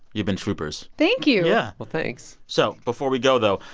you've been troopers thank you yeah well, thanks so before we go though,